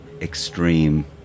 extreme